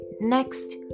Next